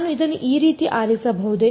ನಾನು ಇದನ್ನು ಈ ರೀತಿ ಆರಿಸಬಹುದೇ